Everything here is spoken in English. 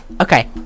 okay